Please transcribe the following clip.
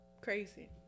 Crazy